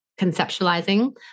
conceptualizing